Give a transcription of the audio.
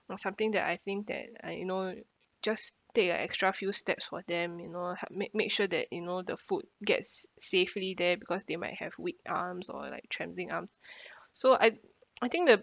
or something that I think that I you know just take a extra few steps for them you know help make make sure that you know the food gets safely there because they might have weak arms or like trembling arms so I I think the